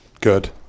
Good